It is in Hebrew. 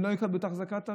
הם לא יקבלו את אחזקת הרכב.